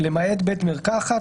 למעט בית מרקחת,